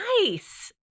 Nice